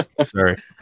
sorry